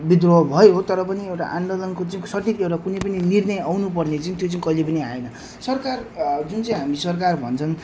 विद्रोह भयो तर पनि एउटा आन्दोलनको चाहिँ सठिक एउटा कुनै पनि निर्णय आउनु पर्ने चाहिँ त्यो चाहिँ कहिले पनि आएन सरकार जुन चाहिँ हामी सरकार भन्छन्